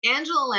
Angela